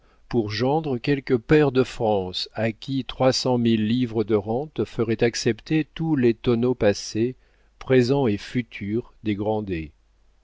pour gendre quelque pair de france à qui trois cent mille livres de rente feraient accepter tous les tonneaux passés présents et futurs des